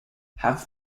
have